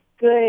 good